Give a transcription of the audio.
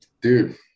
Dude